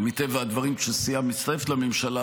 ומטבע הדברים, כשסיעה מצטרפת לממשלה,